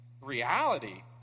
reality